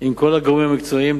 עם כל הגורמים המקצועיים,